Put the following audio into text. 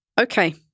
Okay